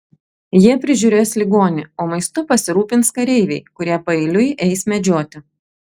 jie prižiūrės ligonį o maistu pasirūpins kareiviai kurie paeiliui eis medžioti